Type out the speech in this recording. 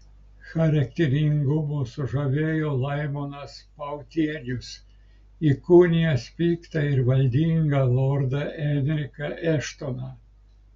charakteringumu sužavėjo laimonas pautienius įkūnijęs piktą ir valdingą lordą enriką eštoną